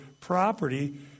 property